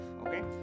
Okay